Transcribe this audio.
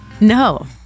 No